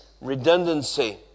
redundancy